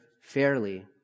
fairly